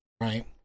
right